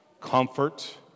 Comfort